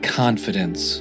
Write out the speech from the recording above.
confidence